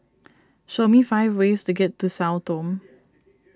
show me five ways to get to Sao Tome